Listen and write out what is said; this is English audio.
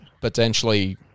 potentially